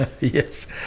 Yes